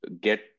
get